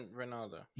ronaldo